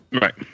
right